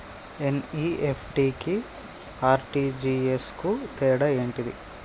NEFT కి RTGS కు తేడా ఏంటిది?